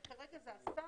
כרגע זה השר,